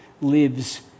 lives